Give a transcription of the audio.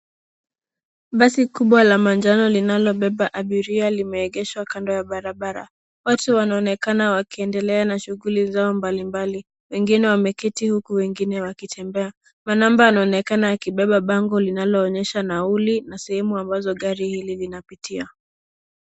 Basi kubwa la manjano linalo beba abiria lime egeshwa kando ya barabara watu wanaonekana wakiendelea na shughuli zao mbali mbali. Wengine wameketi huku wengine wakitembea manamba anaonekana akibeba bango linalo onyesha nauli na sehemu ambazo gari hili linapitia.